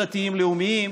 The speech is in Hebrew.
לא דתיים-לאומיים,